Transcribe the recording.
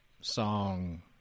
Song